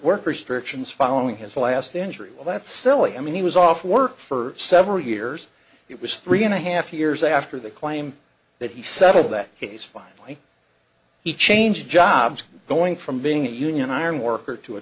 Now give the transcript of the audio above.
directions following his last injury well that's silly i mean he was off work for several years it was three and a half years after the claim that he settled that case finally he changed jobs going from being a union ironworker to a